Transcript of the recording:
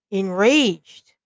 enraged